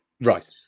Right